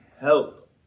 help